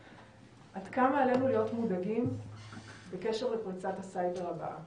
עד כמה עלינו להיות מודאגים בקשר לפריצת הסייבר הבאה?